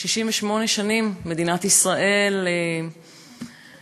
68 שנים מדינת ישראל חיה,